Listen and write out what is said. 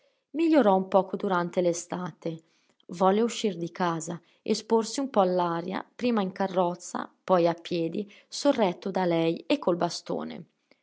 migliorò un poco durante l'estate volle uscir di casa esporsi un po all'aria prima in carrozza poi a piedi sorretto da lei e col bastone